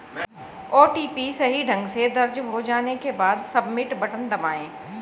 OTP सही ढंग से दर्ज हो जाने के बाद, सबमिट बटन दबाएं